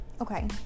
Okay